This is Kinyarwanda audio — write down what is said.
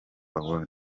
awards